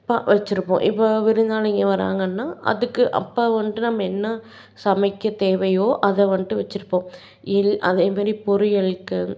பா வெச்சுருப்போம் இப்போ விருந்தாளிங்கள் வராங்கன்னால் அதுக்கு அப்போ வந்துட்டு நம்ம என்ன சமைக்க தேவையோ அதை வந்துட்டு வெச்சுருப்போம் இல் அதேமாரி பொரியலுக்கு